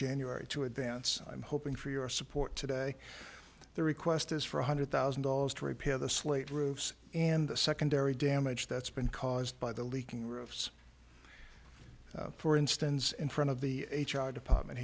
january to advance i'm hoping for your support today the request is for one hundred thousand dollars to repair the slate roofs and the secondary damage that's been caused by the leaking roofs for instance in front of the h r department